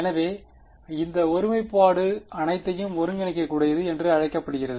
எனவே இந்த ஒருமைப்பாடு அனைத்தையும் ஒருங்கிணைக்கக்கூடியது என்று அழைக்கப்படுகிறது